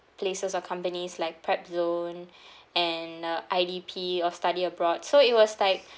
places or companies like prep zone and uh I_D_P or study abroad so it was like